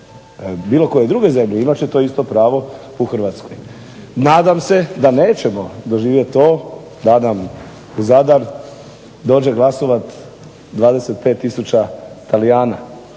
bilo koje druge zemlje imat će to isto pravo u Hrvatskoj. Nadam se da nećemo doživjeti to da nam u Zadar dođe glasovat 25000 Talijana.